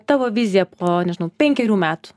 tavo vizija po nežinau penkerių metų